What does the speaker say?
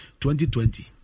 2020